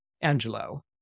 Angelo